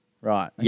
Right